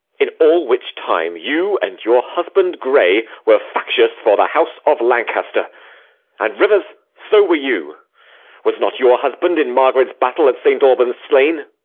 in all which time you and your husband grey were factious for the house of lancaster and, rivers, so were you was not your husband in margaret's battle at saint albans slain?